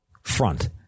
front